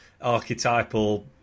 archetypal